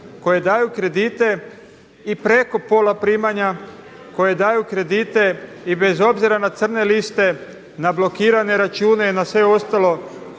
koje daju kredite i preko pola primanja, koji daju kredite i bez obzira na crne liste, na blokirane račune, na sve ostalo,